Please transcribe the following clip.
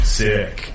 sick